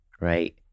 right